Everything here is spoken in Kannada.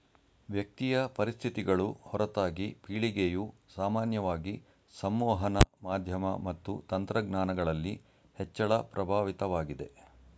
ವ್ಯಕ್ತಿಯ ಪರಿಸ್ಥಿತಿಗಳು ಹೊರತಾಗಿ ಪೀಳಿಗೆಯು ಸಾಮಾನ್ಯವಾಗಿ ಸಂವಹನ ಮಾಧ್ಯಮ ಮತ್ತು ತಂತ್ರಜ್ಞಾನಗಳಲ್ಲಿ ಹೆಚ್ಚಳ ಪ್ರಭಾವಿತವಾಗಿದೆ